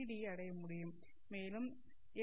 D ஐ அடைய முடியும் மேலும் 850 என்